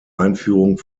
einführung